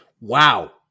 Wow